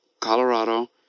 Colorado